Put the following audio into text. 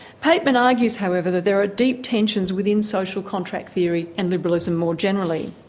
pateman argues however that there are deep tensions within social contract theory and liberalism more generally.